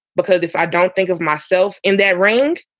because if i don't think of myself in that range,